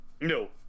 No